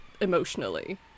emotionally